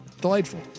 delightful